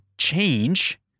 change